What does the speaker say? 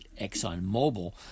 ExxonMobil